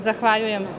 Zahvaljujem.